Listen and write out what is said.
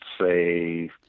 say